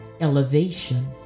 elevation